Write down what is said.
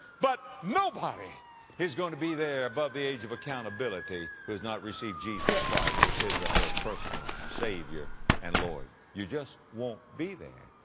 but nobody is going to be there above the age of accountability who has not received jesus christ as his or her personal savior and lord. you just won't be there.